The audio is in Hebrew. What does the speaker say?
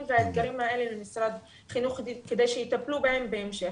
והאתגרים האלה למשרד החינוך כדי שיטפלו בהם בהמשך.